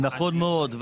נכון מאוד,